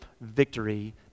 victory